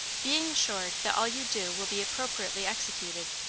being assured that all you do will be appropriately executed,